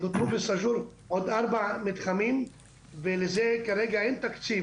נותרו בסאג'ור עוד ארבע מתחמים ולזה כרגע אין תקציב,